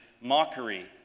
mockery